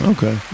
Okay